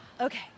okay